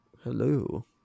Hello